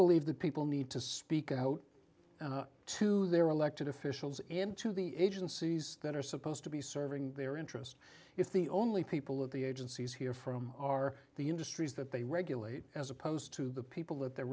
believe that people need to speak out to their elected officials into the agencies that are supposed to be serving their interests if the only people of the agencies hear from are the industries that they regulate as opposed to the people that the